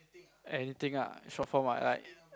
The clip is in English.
anything ah in short form ah like